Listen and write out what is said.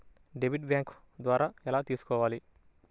Debit bank ద్వారా ఎలా తీసుకోవాలి?